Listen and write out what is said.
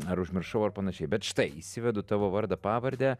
ar užmiršau ar panašiai bet štai įsivedu tavo vardą pavardę